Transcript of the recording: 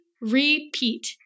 repeat